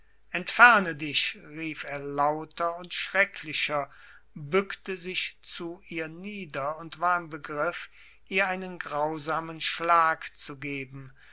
entferne dich rief er lauter und schrecklicher bückte sich zu ihr nieder und war im begriff ihr einen grausamen schlag zu geben